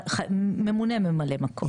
ממונה ממלא מקום.